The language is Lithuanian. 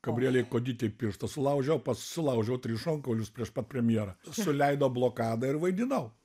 gabrielei kuodytei pirštą sulaužiau o pats susilaužiau tris šonkaulius prieš pat premjerą suleido blokadą ir vaidinau